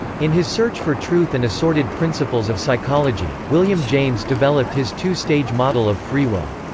in his search for truth and assorted principles of psychology, william james developed his two-stage model of free will.